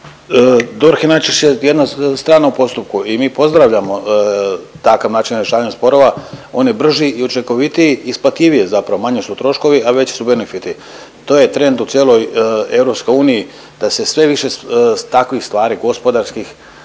je najčešće jedna stana u postupku i mi pozdravljamo takav način rješavanja sporova. On je brži i učinkovitiji, isplativiji je zapravo, manji su troškovi, a veći su benefiti. To je trend u cijeloj EU da se sve više takvih stvari gospodarskih,